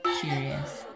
curious